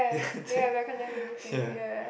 that yeah